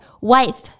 wife